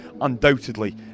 undoubtedly